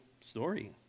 story